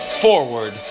Forward